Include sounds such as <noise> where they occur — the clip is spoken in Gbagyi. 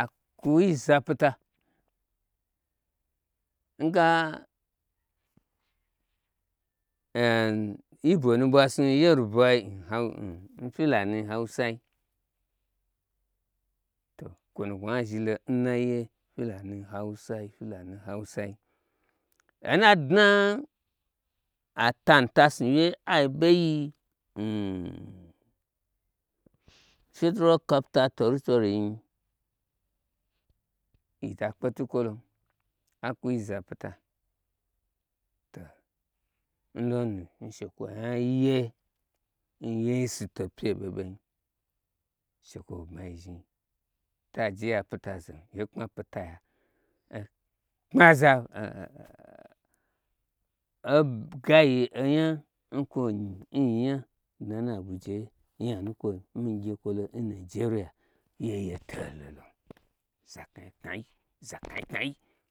a kwu yi ze apita nga yi bo nu ɓwa snu n yerubai n hau n fyilani hausai kwonu kwo nyai zhilo n naiye fyilani n hausai sana dua atan tasnu wye abeiyi n federal capital territory nyi mita kpe tukwolon akwyi zapita to n lonu shekwoyia ye n yeisu to pye ɓe ɓe shekwo wo bmayi zhni to aje ya bita zem yi kpa pitaya ntna za o gayi onya n kwonyi nyinya dnanna abujaye oyami kwo n migye kwolo n nijeriya yeye to lolon zakna knai <unintelligible>